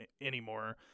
anymore